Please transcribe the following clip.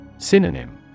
Synonym